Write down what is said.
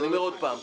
אני אומר עוד פעם.